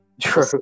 True